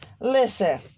Listen